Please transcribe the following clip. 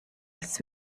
als